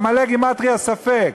עמלק בגימטריה, ספק.